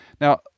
Now